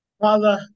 Father